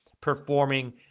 performing